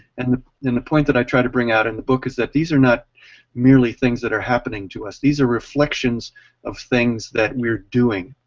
and the point that i try to bring out in the book is that these are not merely things that are happening to us, these are reflections of things that we are doing,